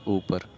اوپر